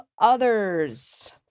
others